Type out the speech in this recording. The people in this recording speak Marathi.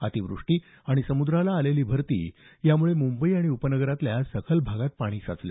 अतिवृष्टी आणि समुद्राला आलेली भरती यामुळे मुंबई आणि उपनगरातल्या सखल भागात पाणी साचलं